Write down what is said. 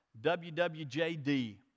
WWJD